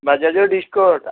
ବାଜାଜ୍ର ଡିସ୍କଭର୍ଟା